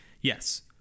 Yes